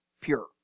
pure